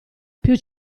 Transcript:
più